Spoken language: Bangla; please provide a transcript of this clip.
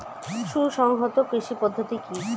সুসংহত কৃষি পদ্ধতি কি?